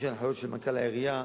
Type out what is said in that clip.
יש הנחיות של מנכ"ל העירייה,